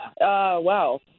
Wow